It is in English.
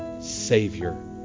Savior